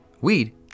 Weed